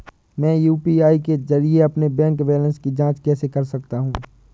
मैं यू.पी.आई के जरिए अपने बैंक बैलेंस की जाँच कैसे कर सकता हूँ?